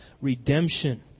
redemption